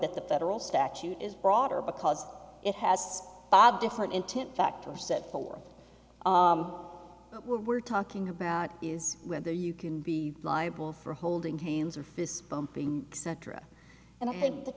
that the federal statute is broader because it has bob different intent factor set forth we're talking about is whether you can be liable for holding hands or fists bumping etc and i had